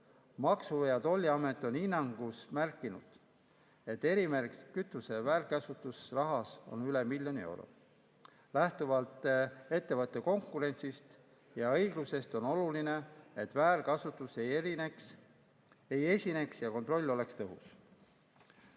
Maksu- ja Tolliamet on oma hinnangus märkinud, et erimärgistatud kütuse väärkasutus on rahas olnud üle miljoni euro. Lähtuvalt ettevõtete konkurentsist ja õiglusest on oluline, et väärkasutust ei esineks ja kontroll oleks